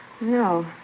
No